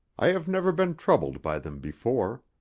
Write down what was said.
i have never been troubled by them before.